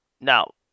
Now